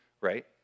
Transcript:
right